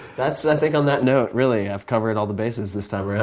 that's i think on that note, really, i've covered all the bases this time around.